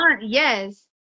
Yes